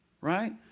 Right